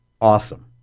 awesome